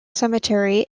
cemetery